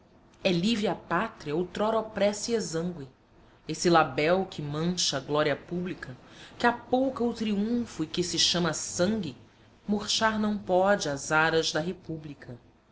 é livre a pátria outrora opressa e exangue esse labéu que mancha a glória pública que apouca o triunfo e que se chama sangue manchar não pode as aras da república